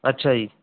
ਅੱਛਾ ਜੀ